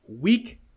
week